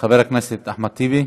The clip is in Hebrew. חבר הכנסת אחמד טיבי,